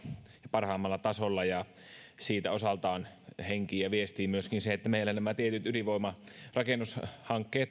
parhaimmalla tasolla siitä osaltaan henkii ja viestii myöskin se että meillä tämä tietty ydinvoimalarakennushanke